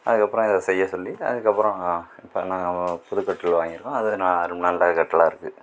அதுக்கப்றம் இதை செய்ய சொல்லி அதுக்கப்றம் இப்போ நான் புது கட்டில் வாங்கியிருக்கோம் அது நான் ரொம்ப நல்ல கட்டிலா இருக்குது